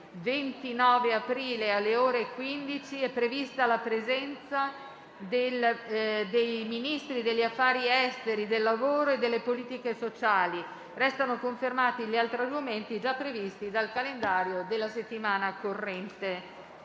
29 aprile, alle ore 15, è prevista la presenza dei Ministri degli affari esteri, del lavoro e delle politiche sociali. Restano confermati gli altri argomenti già previsti dal calendario della settimana corrente.